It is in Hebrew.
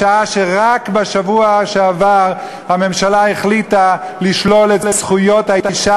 בשעה שרק בשבוע שעבר הממשלה החליטה לשלול את זכויות האישה